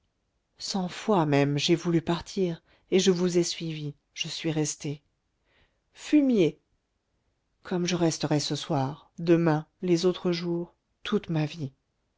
cent fois même j'ai voulu partir et je vous ai suivie je suis resté fumiers comme je resterais ce soir demain les autres jours toute ma vie